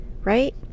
right